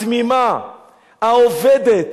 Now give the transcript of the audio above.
התמימה, העובדת,